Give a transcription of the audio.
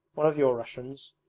one of your russians,